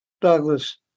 Douglas